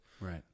right